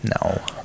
No